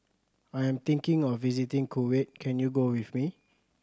I am thinking of visiting Kuwait can you go with me